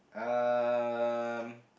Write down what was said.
um